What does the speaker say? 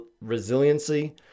resiliency